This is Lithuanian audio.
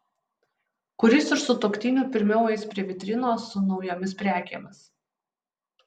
kuris iš sutuoktinių pirmiau eis prie vitrinos su naujomis prekėmis